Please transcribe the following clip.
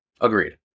Agreed